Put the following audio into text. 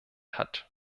hat